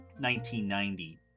1990